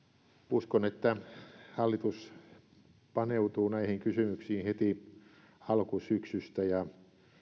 uskon että hallitus paneutuu näihin kysymyksiin heti alkusyksystä ja